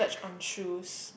on shoes